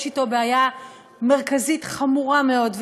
יש אתו בעיה מרכזית חמורה מאוד,